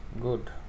Good